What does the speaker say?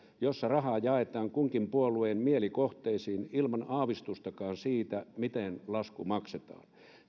jossa rahaa jaetaan kunkin puolueen mielikohteisiin ilman aavistustakaan siitä miten lasku maksetaan